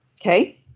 Okay